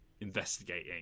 investigating